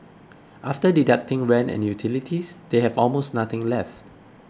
after deducting rent and utilities they have almost nothing left